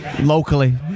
locally